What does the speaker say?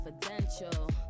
confidential